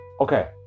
okay